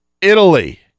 Italy